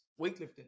weightlifting